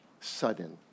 sudden